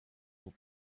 will